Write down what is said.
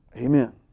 Amen